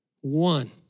One